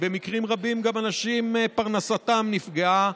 במקרים רבים, גם אנשים, פרנסתם נפגעה.